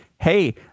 Hey